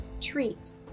treat